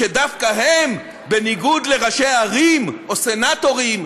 שדווקא הם, בניגוד לראשי הערים או סנטורים,